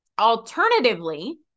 Alternatively